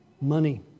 money